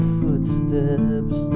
footsteps